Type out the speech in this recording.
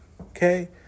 Okay